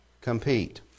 compete